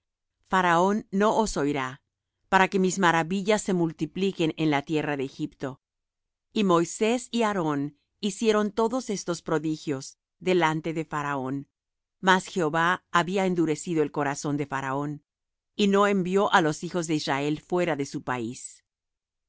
faraón no os oirá para que mis maravillas se multipliquen en la tierra de egipto y moisés y aarón hicieron todos estos prodigios delante de faraón mas jehová había endurecido el corazón de faraón y no envió á los hijos de israel fuera de su país